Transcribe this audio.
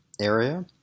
area